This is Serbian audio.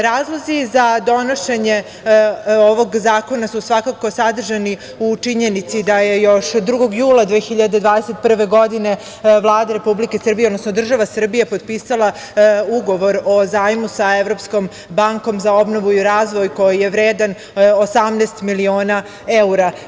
Razlozi za donošenje ovog zakona su svakako sadržani u činjenici da je još 2. jula 2021. godine Vlada Republike Srbije, odnosno država Srbija potpisala Ugovor o zajmu sa Evropskom bankom za obnovu i razvoj koji je vredan 18 miliona evra.